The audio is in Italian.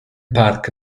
park